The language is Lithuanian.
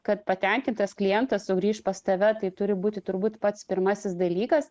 kad patenkintas klientas sugrįš pas tave tai turi būti turbūt pats pirmasis dalykas